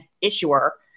issuer